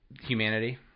humanity